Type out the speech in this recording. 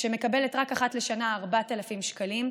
שמקבלת רק אחת לשנה 4,000 שקלים,